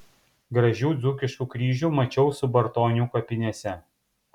gražių dzūkiškų kryžių mačiau subartonių kapinėse